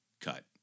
cut